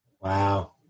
Wow